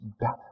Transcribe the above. better